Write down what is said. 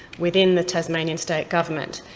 within the tasmanian state government.